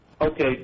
Okay